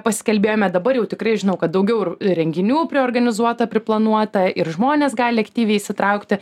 pasikalbėjome dabar jau tikrai žinau kad daugiau ir renginių priorganizuota priplanuota ir žmonės gali aktyviai įsitraukti